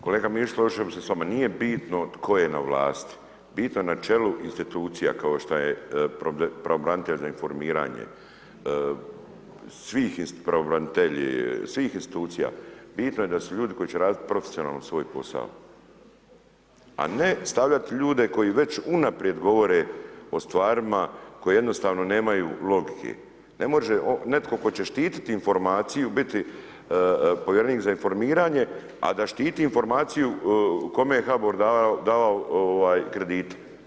Kolega Mišić složio bih se s vama nije bitno tko je na vlasti, bitno je na čelu institucija kao što je pravobranitelj za informiranje, svih pravobranitelji svih institucija, bitno je da su ljudi koji će profesionalno svoj posao, a ne stavljati ljude koji već unaprijed govore o stvarima koje jednostavno nemaju logike, ne može netko tko će štitit informaciju biti povjerenik za informiranje, a da štiti informaciju kome je HABOR dao kredite.